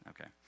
okay